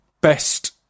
best